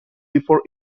before